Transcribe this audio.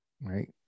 right